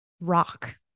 rock